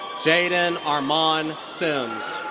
jahdyn armon sims.